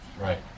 Right